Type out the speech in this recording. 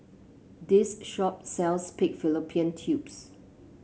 this shop sells Pig Fallopian Tubes